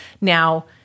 Now